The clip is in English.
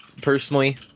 personally